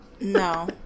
No